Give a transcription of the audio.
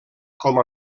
com